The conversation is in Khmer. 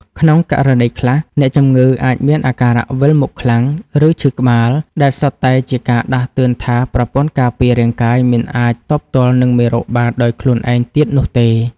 ក្នុងករណីខ្លះ អ្នកជំងឺអាចមានអាការៈវិលមុខខ្លាំង ឬឈឺក្បាល ដែលសុទ្ធតែជាការដាស់តឿនថា ប្រព័ន្ធការពាររាងកាយមិនអាចទប់ទល់នឹងមេរោគបានដោយខ្លួនឯងទៀតនោះទេ។